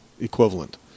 equivalent